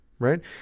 right